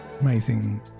amazing